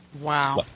Wow